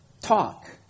talk